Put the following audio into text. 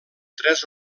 tres